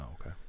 okay